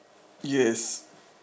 yes